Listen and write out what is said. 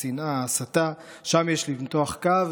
השנאה, ההסתה, שם יש למתוח קו.